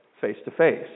face-to-face